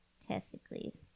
testicles